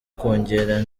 kongera